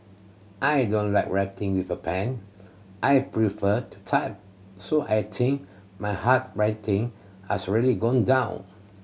I don't like writing with a pen I prefer to type so I think my hard writing has really gone down